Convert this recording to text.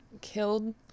killed